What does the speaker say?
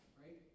right